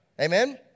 Amen